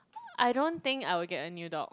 I don't think I would get a new dog